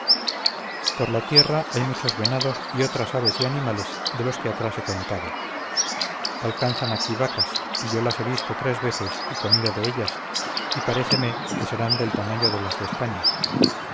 por la tierra hay muchos venados y otras aves y animales de los que atrás he contado alcanzan aquí vacas y yo las he visto tres veces y comido de ellas y paréceme que serán del tamaño de las de españa